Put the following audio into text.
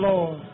Lord